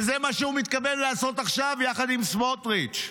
וזה מה שהוא מתכוון לעשות עכשיו יחד עם סמוטריץ'.